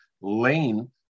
lane